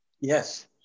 Yes